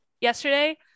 yesterday